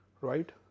right